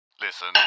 Listen